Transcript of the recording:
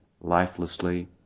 lifelessly